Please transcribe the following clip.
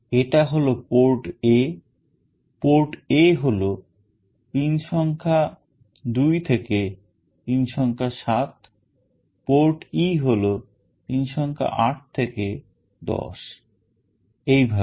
এটা হল port A port A হল pin সংখ্যা 2 থেকে pin সংখ্যা 7 port E হলো pin সংখ্যা 8 থেকে 10 এইভাবে